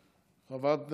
רבה.